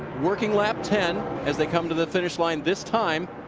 working lap ten as they come to the finish line this time,